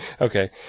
Okay